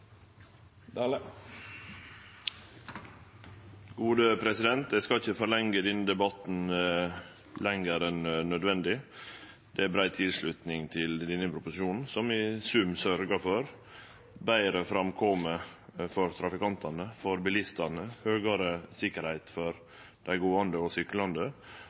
Eg skal ikkje forlengje denne debatten lenger enn nødvendig. Det er brei tilslutning til denne proposisjonen, som i sum sørgjer for betre framkome for trafikantane, for bilistane og høgare sikkerheit for gåande og syklande